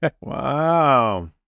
wow